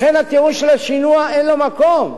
לכן הטיעון של השינוע אין לו מקום.